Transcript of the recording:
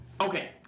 Okay